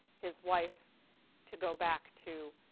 his wife to go back to,